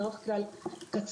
בדרך כלל קצר.